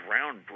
groundbreaking